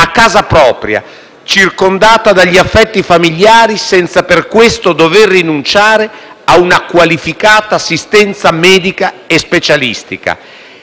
a casa propria, circondati dagli affetti familiari, senza per questo dover rinunciare a una qualificata assistenza medica e specialistica.